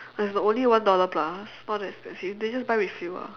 it's the only one dollar plus not that expensive then just buy refill ah